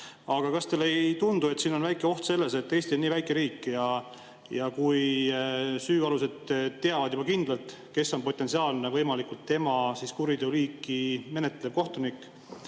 Aga kas teile ei tundu, et siin on väike oht? Eesti on nii väike riik, ja kui süüalused teavad juba ette, kes on potentsiaalne, võimalik tema kuriteo liiki menetlev kohtunik,